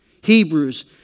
Hebrews